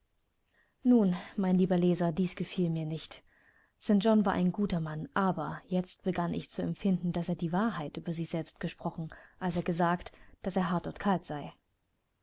nun mein lieber leser dies gefiel mir nicht st john war ein guter mann aber jetzt begann ich zu empfinden daß er die wahrheit über sich selbst gesprochen als er gesagt daß er hart und kalt sei